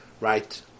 right